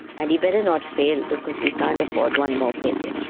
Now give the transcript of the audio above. and he better not fail because we can't afford one more failure.